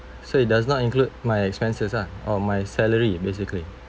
so it does not include my expenses ah or my salary basically